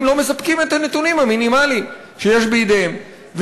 הם לא מספקים את הנתונים המינימליים שיש בידיהם.